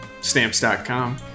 Stamps.com